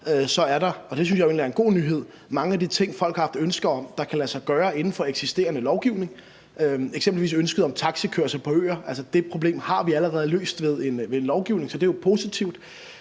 er der – og det synes jeg jo egentlig er en god nyhed – mange af de ting, folk har ønske om, der kan lade sig gøre inden for eksisterende lovgivning, eksempelvis ønsket om taxikørsel på øer. Altså, det problem har vi allerede løst med lovgivning, så det er jo positivt.